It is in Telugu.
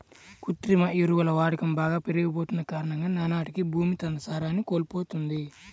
కృత్రిమ ఎరువుల వాడకం బాగా పెరిగిపోతన్న కారణంగా నానాటికీ భూమి తన సారాన్ని కోల్పోతంది